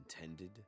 intended